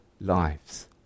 lives